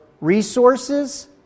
resources